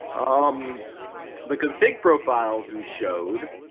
um the config profiles you showed.